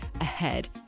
ahead